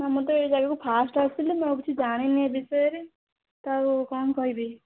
ମୁଁ ତ ଏଇ ଜାଗାକୁ ଫାର୍ଷ୍ଟ ଆସିଲି ମୁଁ ଆଉ କିଛି ଜାଣିନି ଏ ବିଷୟରେ ତ ଆଉ କ'ଣ କହିବି